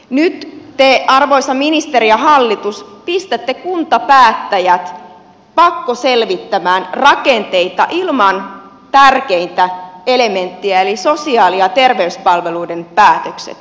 nyt te arvoisa ministeri ja hallitus pistätte kuntapäättäjät pakkoselvittämään rakenteita ilman tärkeintä elementtiä eli sosiaali ja terveyspalveluita koskevia päätöksiä ja linjauksia